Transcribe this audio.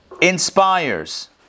inspires